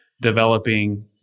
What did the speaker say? developing